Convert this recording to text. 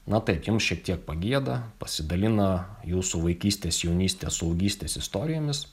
na taip jum šiek tiek pagieda pasidalina jūsų vaikystės jaunystės suaugystės istorijomis